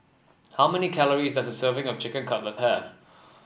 how many calories does a serving of Chicken Cutlet have